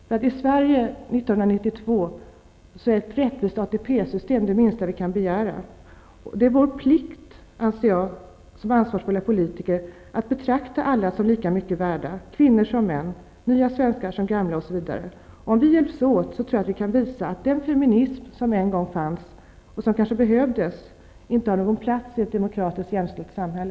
I Sverige år 1992 är det minsta vi kan begära ett rättvist ATP-system. Jag anser att det är vår plikt som ansvarsfulla politiker att betrakta alla som lika mycket värda, kvinnor som män, nya svenskar som gamla osv. Om vi hjälps åt tror jag att vi kan visa att den feminism som en gång fanns och som då kanske behövdes, inte längre har någon plats i ett demokratiskt, jämlikt samhälle.